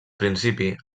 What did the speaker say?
principi